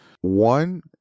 One